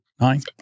nine